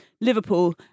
Liverpool